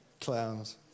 Clowns